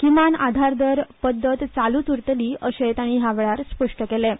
किमान आधारदर पद्दत चालूच उरतली अशेंय तांणी ह्या वेळार स्पस्ट केलां